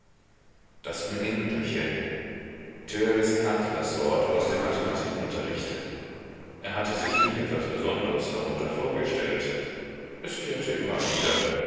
das unendliche törleß kannte das wort aus dem mathematikunterrichte er hatte sich nie etwas besonderes darunter vorgestellt es kehrte immer wieder